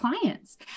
clients